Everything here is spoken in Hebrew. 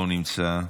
לא נמצא.